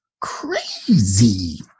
Crazy